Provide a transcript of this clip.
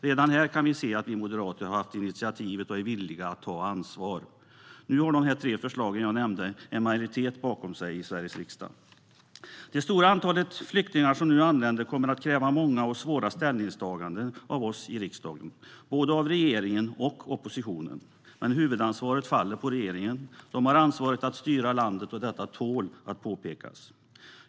Redan här kan vi se att vi moderater har haft initiativet och är villiga att ta ansvar. Nu har de tre förslag jag nämnde en majoritet bakom sig i Sveriges riksdag. Det stora antalet flyktingar som nu anländer kommer att kräva många och svåra ställningstaganden av oss i riksdagen, både av regeringspartierna och av oppositionen. Huvudansvaret faller dock på regeringen. De har ansvaret för att styra landet, och detta tål att påpekas.